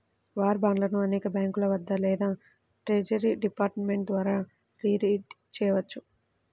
war బాండ్లను అనేక బ్యాంకుల వద్ద లేదా ట్రెజరీ డిపార్ట్మెంట్ ద్వారా రిడీమ్ చేయవచ్చు